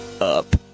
up